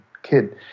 kid